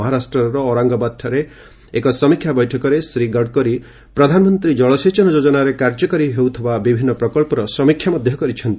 ମହାରାଷ୍ଟ୍ରର ଔରଙ୍ଗାବାଦଠାରେ ଏକ ସମୀକ୍ଷା ବୈଠକରେ ଶ୍ରୀ ଗଡ଼କରୀ ପ୍ରଧାନମନ୍ତ୍ରୀ ଜଳସେଚନ ଯୋଜନାରେ କାର୍ଯ୍ୟକାରୀ ହେଉଥିବା ବିଭିନ୍ନ ପ୍ରକହର ସମୀକ୍ଷା କରିଛନ୍ତି